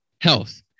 health